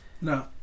No